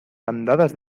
bandadas